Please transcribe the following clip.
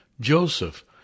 Joseph